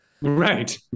right